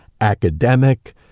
academic